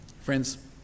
Friends